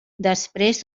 després